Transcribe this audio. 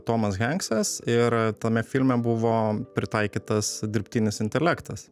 tomas hanksas ir tame filme buvo pritaikytas dirbtinis intelektas